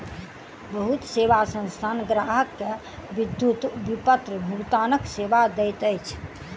बहुत सेवा संस्थान ग्राहक के विद्युत विपत्र भुगतानक सेवा दैत अछि